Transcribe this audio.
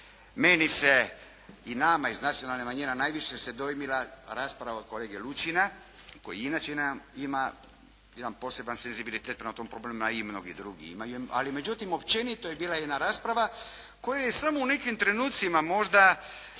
Meni se i nama iz nacionalnih manjina najviše se dojmila rasprava od kolege Lučina koji i inače ima jedan poseban senzibilitet prema tom problemu, a i mnogi drugi imaju. Ali međutim, općenito je bila jedna rasprava koja je samo u nekim trenucima možda